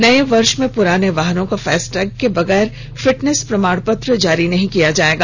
नए वर्ष में पुराने वाहनों का फास्टैग के बगैर फिटनेस प्रमाण पत्र जारी नहीं किया जाएगा